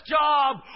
job